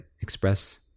express